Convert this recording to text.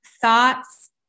thoughts